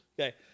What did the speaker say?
Okay